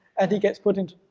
and he gets put into,